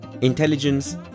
intelligence